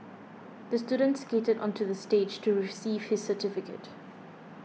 the student skated onto the stage to receive his certificate